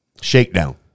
Shakedown